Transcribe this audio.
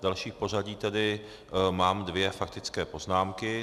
Další v pořadí tedy mám dvě faktické poznámky.